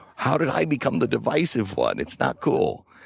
how did i become the divisive one? it's not cool.